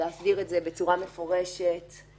להסדיר את זה בצורה מפורשת בחוק.